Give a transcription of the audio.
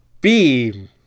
beam